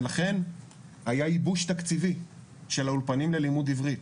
ולכן היה ייבוש תקציבי של האולפנים ללימוד עברית.